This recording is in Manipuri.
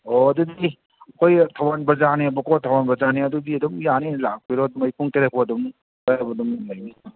ꯑꯣ ꯑꯗꯨꯗꯤ ꯑꯩꯈꯣꯏ ꯊꯧꯕꯥꯟ ꯕꯖꯥꯔꯅꯦꯕꯀꯣ ꯊꯧꯕꯥꯟ ꯕꯖꯥꯔꯅꯦ ꯑꯗꯨꯗꯤ ꯑꯗꯨꯝ ꯌꯥꯅꯤ ꯂꯥꯛꯄꯤꯔꯣ ꯑꯗꯨꯝ ꯑꯩ ꯄꯨꯡ ꯇꯔꯦꯠ ꯐꯥꯎ ꯑꯗꯨꯝ ꯑꯗꯥꯏ ꯐꯥꯎ ꯑꯗꯨꯝ ꯂꯩꯅꯤ